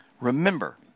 Remember